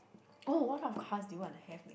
oh what kind of cars do you wanna have